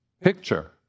picture